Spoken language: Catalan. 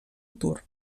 tour